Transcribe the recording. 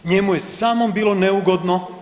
Njemu je samom bilo neugodno.